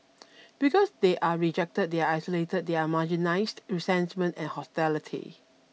because they are rejected they are isolated they are marginalised resentment and hostility